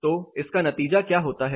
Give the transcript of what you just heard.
तो इसका नतीजा क्या होता है